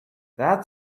that